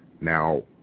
Now